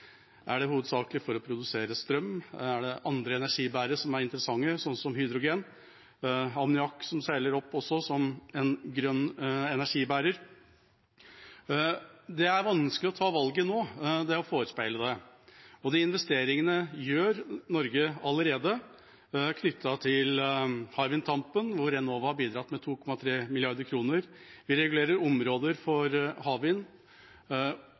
Er det hovedsakelig for å produsere strøm? Er det andre energibærere som er interessante, f.eks. hydrogen? Ammoniakk seiler også opp som en grønn energibærer. Det er vanskelig å ta valget nå, det å forespeile det. Norge gjør allerede de investeringene knyttet til Hywind Tampen, hvor Enova har bidratt med 2,3 mrd. kr. Vi regulerer områder for havvind